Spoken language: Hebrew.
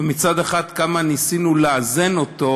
ומצד שני כמה ניסו לאזן אותו,